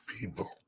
people